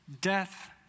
Death